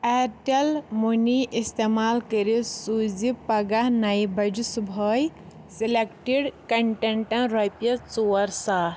Airtel money استعمال کٔرِتھ سوٗززِ پگہہ نیہِ بجہِ صُبحٲے سلیکٹِڈ کنٹینٹن رۄپیہِ ژور ساس